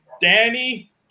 Danny